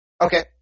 Okay